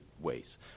ways